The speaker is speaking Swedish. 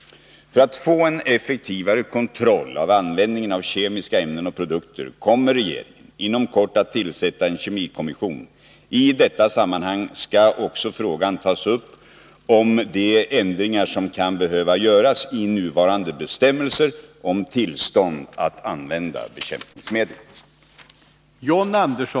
För att få en effektivare kontroll av användningen av kemiska ämnen och produkter kommer regeringen inom kort att tillsätta en kemikommission. I detta sammanhang skall också frågan tas upp om de ändringar som kan behöva göras i nuvarande bestämmelser om tillstånd att använda bekämpningsmedel.